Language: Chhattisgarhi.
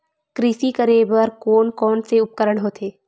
कृषि करेबर कोन कौन से उपकरण होथे?